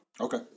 Okay